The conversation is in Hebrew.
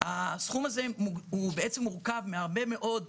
הסכום הזה מורכב מהרבה מאוד חלקים,